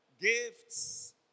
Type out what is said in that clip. Gifts